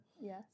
Yes